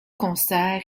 concerts